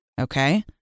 okay